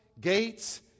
gates